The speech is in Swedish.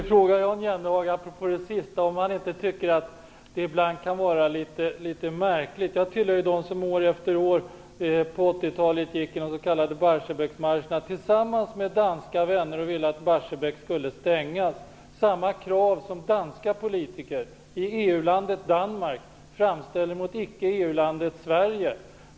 Fru talman! Apropå det som Jan Jennhag sade sist måste jag ställa en fråga. Jag tillhörde dem som år efter år på 80-talet gick i de s.k. Barsebäcksmarscherna tillsammans med danska vänner och ville att Barsebäck skulle stängas. Det är samma krav som danska politiker i EU-landet Danmark framställer mot icke EU-landet Sverige.